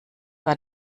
war